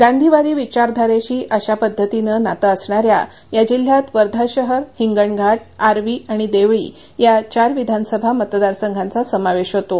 गांधीवादी विचारधारेशी अशा पद्धतीने नातं असणाऱ्या या जिल्ह्यात वर्धा शहर हिंगणघाट आर्वी आणि देवळी या चार विधानसभा मतदारसंघांचा समावेश होतो